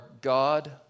God